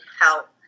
help